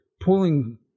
pulling